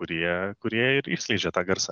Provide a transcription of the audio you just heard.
kurie kurie ir išskleidžia tą garsą